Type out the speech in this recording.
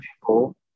people